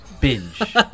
binge